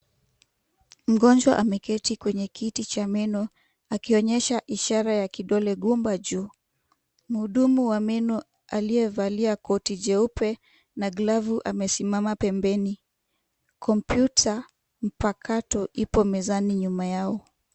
Mgonjwa ameketi kwenye kiti cha meno, akionyesha ishara ya kidole gumba juu. Mhudumu wa meno aliyevalia koti jeupe na glavu amesimama pembeni. Kompyuta mpakato ipo mezani nyuma yao.